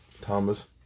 Thomas